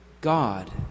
God